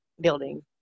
building